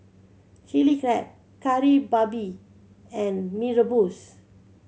Chilli Crab Kari Babi and Mee Rebus